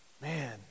man